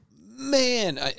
man